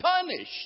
punished